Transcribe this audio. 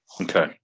Okay